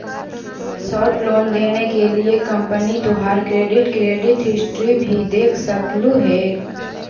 short loan देने के लिए कंपनी तोहार क्रेडिट क्रेडिट हिस्ट्री भी देख सकलउ हे